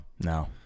no